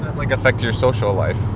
like, affect your social life?